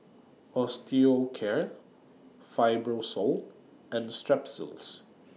Osteocare Fibrosol and Strepsils